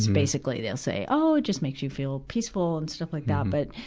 basically, they'll say, oh, it just makes you feel peaceful, and stuff like that. but,